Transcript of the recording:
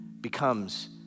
becomes